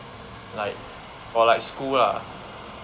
like for like school lah